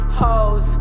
hoes